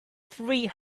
three